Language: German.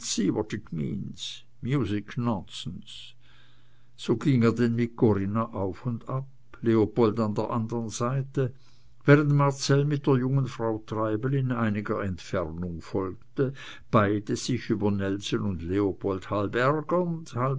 so ging er denn mit corinna auf und ab leopold an der anderen seite während marcell mit der jungen frau treibel in einiger entfernung folgte beide sich über nelson und leopold halb